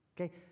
okay